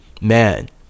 Man